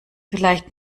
vielleicht